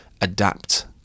adapt